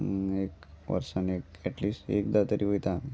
एक वर्सान एक ऍटलिस्ट एकदां तरी वयता आमी